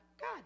God